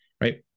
right